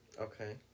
Okay